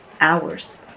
hours